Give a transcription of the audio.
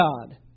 God